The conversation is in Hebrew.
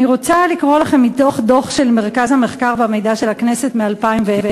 אני רוצה לקרוא לכם מתוך דוח של מרכז המחקר והמידע של הכנסת מ-2010,